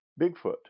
Bigfoot